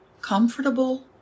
comfortable